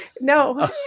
no